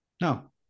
No